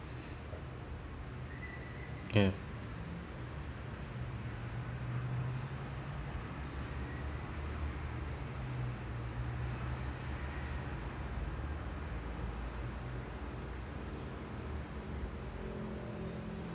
ya